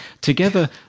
Together